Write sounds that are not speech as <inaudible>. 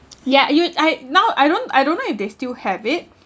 <noise> ya you I now I don't I don't know if they still have it